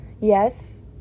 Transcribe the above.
yes